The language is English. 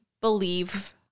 believe